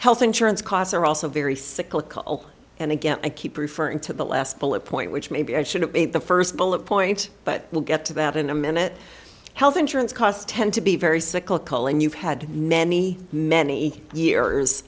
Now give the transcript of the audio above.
health insurance costs are also very cyclical and again i keep referring to the last bullet point which maybe i should have made the first bullet point but we'll get to that in a minute health insurance costs tend to be very cyclical and you've had many many years